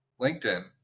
LinkedIn